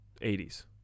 80s